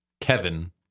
Kevin